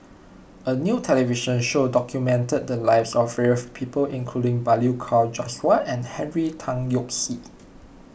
a new television show documented the lives of various people including Balli Kaur Jaswal and Henry Tan Yoke See